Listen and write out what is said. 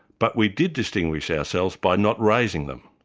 but we did distinguish ourselves by not raising them.